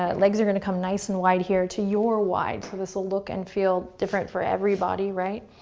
ah legs are going to come nice and wide, here, to your wide, so this will look and feel different for every body, right,